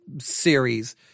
series